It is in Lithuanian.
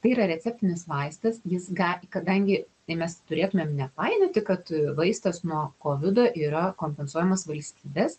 tai yra receptinis vaistas jis ga kadangi tai mes turėtumėm nepainioti kad vaistas nuo kovido yra kompensuojamas valstybes